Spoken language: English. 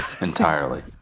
entirely